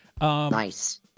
Nice